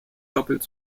doppelt